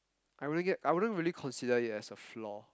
I wouldn't get I wouldn't really consider it as a flaw